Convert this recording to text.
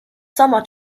sommer